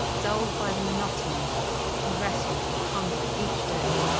dulled by the monotony she wrestled with hunger each day.